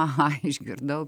aha išgirdau